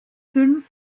fünf